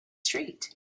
street